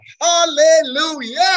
Hallelujah